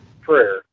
prayer